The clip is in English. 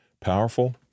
Powerful